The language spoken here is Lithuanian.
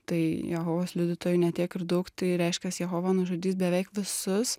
tai jehovos liudytojų ne tiek ir daug tai reiškias jehova nužudys beveik visus